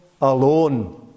alone